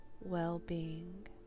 well-being